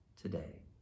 today